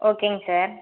ஓகேங்க சார்